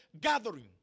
gathering